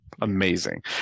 Amazing